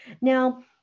now